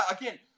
again